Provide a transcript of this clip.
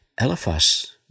Eliphaz